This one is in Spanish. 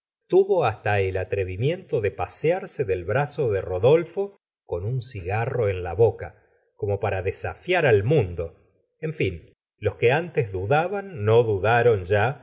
tuvo hasta el atrevimiento de pasearse del brazo de rodolfo con un cigarro en la boca como para desafiar al mundo en fin los que antes d daban no dudaron ya